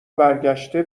برگشته